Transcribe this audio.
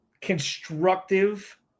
constructive